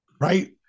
Right